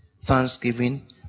Thanksgiving